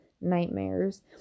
nightmares